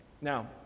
Now